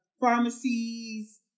pharmacies